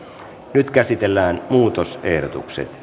nyt käsitellään muutosehdotukset